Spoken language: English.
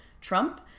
Trump